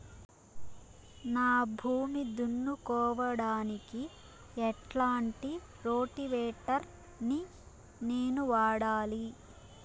నా భూమి దున్నుకోవడానికి ఎట్లాంటి రోటివేటర్ ని నేను వాడాలి?